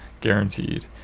guaranteed